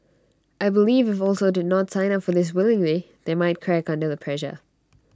I believe if also did not sign up for this willingly they might crack under the pressure